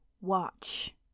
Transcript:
watch